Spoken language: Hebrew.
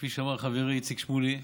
כפי שאמר חברי איציק שמולי,